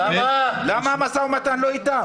למה המשא והמתן לא איתם?